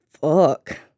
fuck